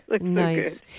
Nice